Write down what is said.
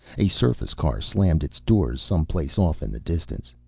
a surface car slammed its doors, some place off in the distance.